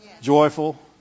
Joyful